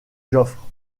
joffre